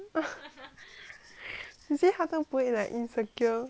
you see 她都不会 like insecure